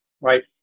right